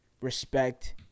respect